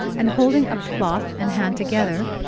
and, holding up cloth and hand together,